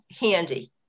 handy